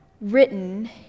written